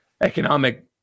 economic –